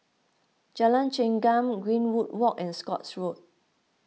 Jalan Chengam Greenwood Walk and Scotts Road